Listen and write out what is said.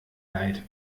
leid